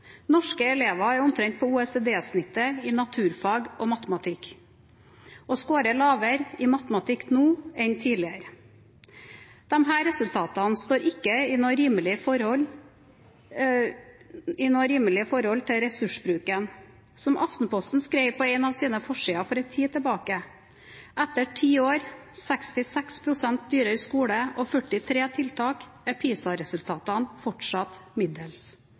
Norske elever er omtrent på OECD-snittet i naturfag og matematikk, og scorer lavere i matematikk nå enn tidligere. Disse resultatene står ikke i noe rimelig forhold til ressursbruken. Som Aftenposten skrev på en av sine forsider for en tid tilbake: «Etter ti år, 66 prosent dyrere skole og 43 tiltak er PISA-resultatene fortsatt middels.»